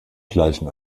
gleichen